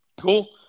Cool